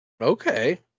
Okay